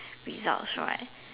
results right